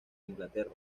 inglaterra